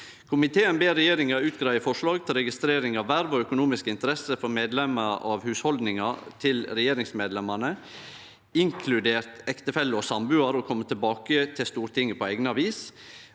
Komiteen ber regjeringa greie ut forslag til registrering av verv og økonomiske interesser for medlemer av hushaldninga til regjeringsmedlemene, inkludert ektefelle og sambuar, og kome tilbake til Stortinget på eigna vis.